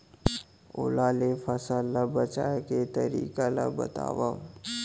ओला ले फसल ला बचाए के तरीका ला बतावव?